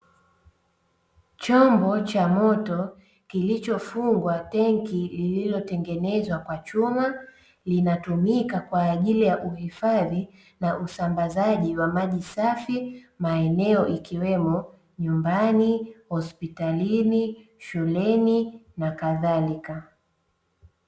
Chombo cha moto kilichofungwa tenki lililotengenezwa kwa chuma, linatumika kwa ajili ya uhifadhi na usambazaji wa maji safi, maeneo ikiwemo: nyumbani, hospitalini, shuleni na kadhalika.